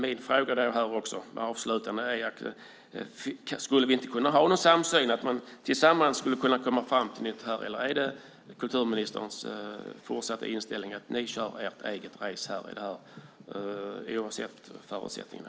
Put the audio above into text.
Min fråga är då: Skulle vi inte kunna ha någon samsyn, att vi tillsammans skulle kunna komma fram till något här? Eller är det kulturministerns fortsatta inställning att ni ska köra ert eget race oavsett förutsättningarna?